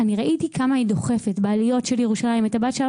אני ראיתי כמה היא דוחפת בעליות של ירושלים את הבת שלה.